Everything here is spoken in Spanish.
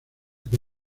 que